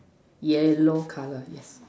yellow color yes